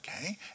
okay